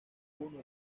uno